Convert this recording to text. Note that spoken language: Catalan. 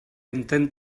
entén